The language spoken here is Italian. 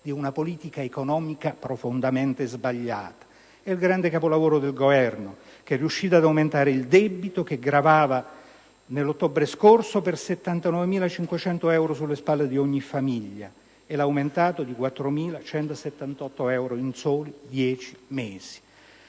di una politica economica profondamente sbagliata. È il grande capolavoro del Governo, che è riuscito ad aumentare il debito pubblico italiano che nell'ottobre scorso gravava per 79.500 euro sulle spalle di ogni famiglia e lo ha aumentato di ben 4.178 euro in soli 10 mesi.